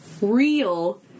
real